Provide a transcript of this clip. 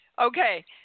Okay